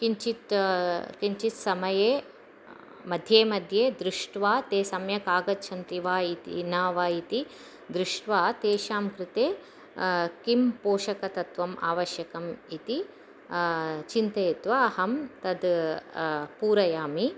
किञ्चित् किञ्चित् समये मध्ये मध्ये दृष्ट्वा ते सम्यक् आगच्छन्ति वा इति न वा इति दृष्ट्वा तेषां कृते किम् पोषकतत्त्वम् आवश्यकम् इति चिन्तयित्वा अहं तद् पूरयामि